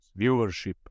viewership